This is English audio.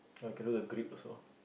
oh through the grip also